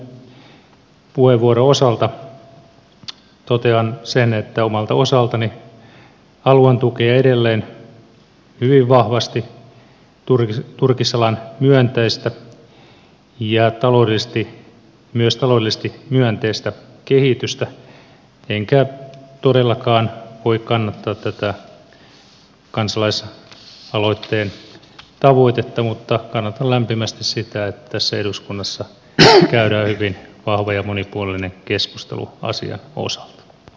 tämän lyhyen puheenvuoron osalta totean sen että omalta osaltani haluan tukea edelleen hyvin vahvasti turkisalan myönteistä myös taloudellisesti myönteistä kehitystä enkä todellakaan voi kannattaa tätä kansalaisaloitteen tavoitetta mutta kannatan lämpimästi sitä että tässä eduskunnassa käydään hyvin vahva ja monipuolinen keskustelu asian osalta